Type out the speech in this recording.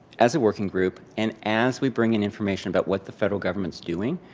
as a working group, and as we bring in information about what the federal government's doing.